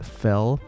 fell